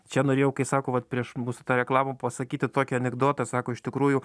čia norėjau kai sako vat prieš mūsų tą reklamą pasakyti tokį anekdotą sako iš tikrųjų